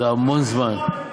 זה המון זמן.